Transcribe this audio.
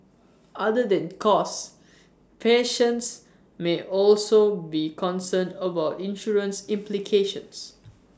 other than cost patients may also be concerned about insurance implications